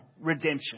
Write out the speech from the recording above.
redemption